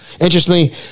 interestingly